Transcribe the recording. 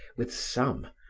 with some,